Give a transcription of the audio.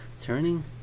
turning